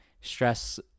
stress